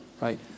right